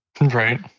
Right